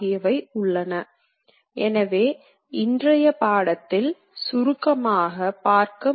CNC இயந்திரங்கள் இயக்கங்களை உருவாக்குகிறது